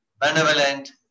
benevolent